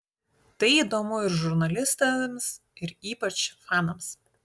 tai įdomu ir žurnalistams ir ypač fanams